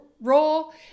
role